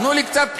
תנו לי קצת עזרה,